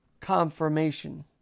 confirmation